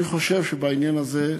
אני חושב שבעניין הזה,